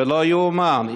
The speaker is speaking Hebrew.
ולא ייאמן,